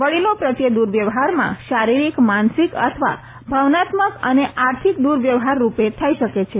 વડીલો પ્રત્યે દુર્વ્યવહારમાં શારિરિક માનસિક અથવા ભાવનાત્મક અને આર્થિક દુવ્યવહાર રૂપે થઈ શકે છે